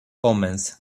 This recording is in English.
omens